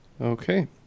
Okay